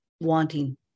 wanting